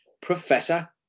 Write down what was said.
Professor